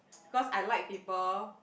cause I like people